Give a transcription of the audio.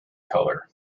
color